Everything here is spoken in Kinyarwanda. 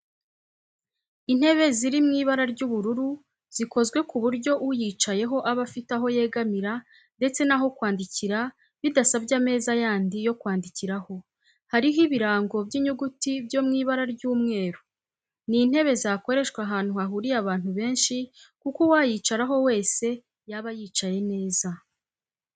Intebe ziri mu ibara ry'ubururu zikozwe ku buryo uyicayeho aba afite aho yegamira ndetse n'aho kwandikira bidasabye ameza yandi yo kwandikiraho, hariho ibirango by'inyuguti byo mw'ibara ry'umweru. Ni intebe zakoreshwa ahantu hahuriye abantu benshi kuko uwayicaraho wese yaba yicaye neza